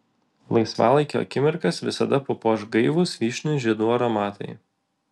laisvalaikio akimirkas visada papuoš gaivūs vyšnių žiedų aromatai